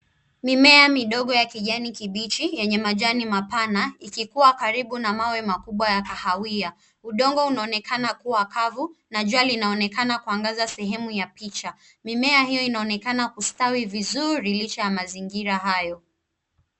Mimea midogo ya kijani kibichi yenye majani mapana, ikikuwa karibu na mawe makubwa ya kahawia. Udongo unaonekana kuwa kavu, na jua linaonekana kuangaza sehemu ya picha. Mimea hiyo inaonekana kustawi vizuri, licha ya mazingira hayo .